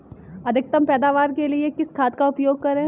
अधिकतम पैदावार के लिए किस खाद का उपयोग करें?